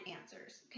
answers